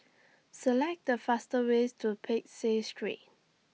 Select The fastest ways to Peck Seah Street